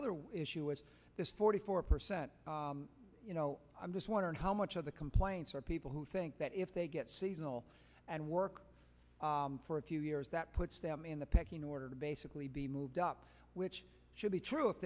other issue is this forty four percent you know i'm just wondering how much of the complaints are people who think that if they get seasonal and work for a few years that puts them in the pecking order to basically be moved up which should be true if